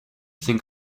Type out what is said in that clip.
think